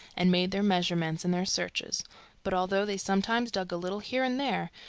and made their measurements and their searches but although they sometimes dug a little here and there,